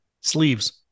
Sleeves